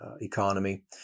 economy